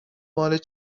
مال